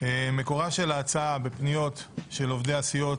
מקורה של ההצעה בפניות של עובדי הסיעות,